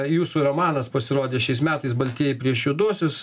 jūsų romanas pasirodė šiais metais baltieji prieš juoduosius